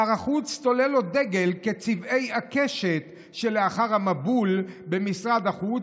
שר החוץ תולה לו דגל כצבעי הקשת שלאחר המבול במשרד החוץ,